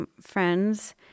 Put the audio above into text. friends